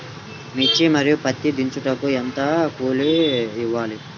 మిర్చి మరియు పత్తి దించుటకు ఎంత కూలి ఇవ్వాలి?